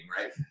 right